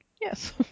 yes